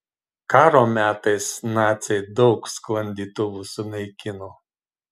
karo metais naciai daug sklandytuvų sunaikino